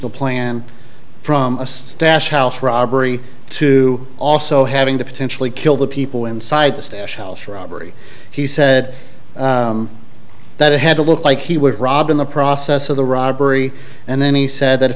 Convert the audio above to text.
the plan from a stash house robbery to also having to potentially kill the people inside the stash l shrubbery he said that it had to look like he would rob in the process of the robbery and then he said that if